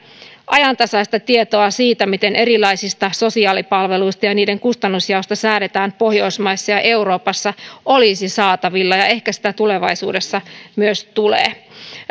ajantasaista tietoa siitä miten erilaisista sosiaalipalveluista ja niiden kustannusjaosta säädetään pohjoismaissa ja euroopassa olisi saatavilla ja ehkä sitä tulevaisuudessa myös tulee vielä